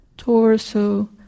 Torso